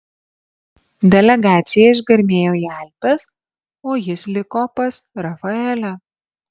delegacija išgarmėjo į alpes o jis liko pas rafaelę